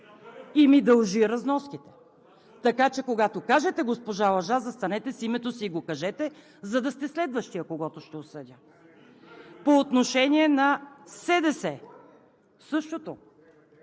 И ми дължи разноски. Така че, когато кажете „госпожа Лъжа“, застанете с името си и го кажете, за да сте следващия, когото ще осъдя. По отношение на СДС – същото,